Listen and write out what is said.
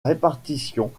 répartition